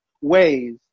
ways